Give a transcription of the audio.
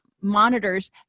monitors